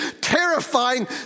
terrifying